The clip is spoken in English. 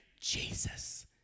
Jesus